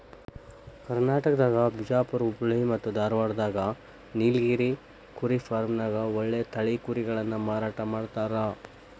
ಕರ್ನಾಟಕದಾಗ ಬಿಜಾಪುರ್ ಹುಬ್ಬಳ್ಳಿ ಮತ್ತ್ ಧಾರಾವಾಡದಾಗ ನೇಲಗಿರಿ ಕುರಿ ಫಾರ್ಮ್ನ್ಯಾಗ ಒಳ್ಳೆ ತಳಿ ಕುರಿಗಳನ್ನ ಮಾರಾಟ ಮಾಡ್ತಾರ